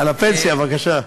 על הפנסיה, בבקשה.